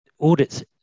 audits